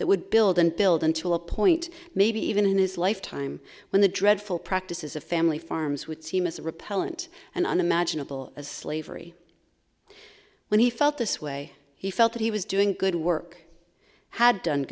that would build and build until a point maybe even in his lifetime when the dreadful practices of family farms would seem as repellent and unimaginable as slavery when he felt this way he felt that he was doing good work had done